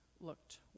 looked